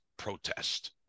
Protest